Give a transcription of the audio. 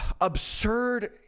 absurd